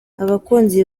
abakunzi